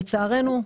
לצערנו.